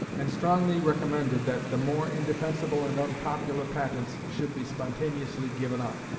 and strongly recommended that the more indefensible and unpopular patents should be spontaneously given up,